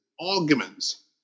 arguments